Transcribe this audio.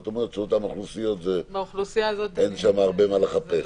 את אומרת שבאותן אוכלוסיות אין שם הרבה מה לחפש.